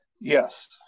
Yes